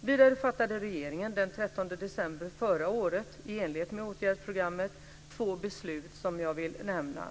Vidare fattade regeringen den 13 december förra året - i enlighet med åtgärdsprogrammet - två beslut som jag vill nämna.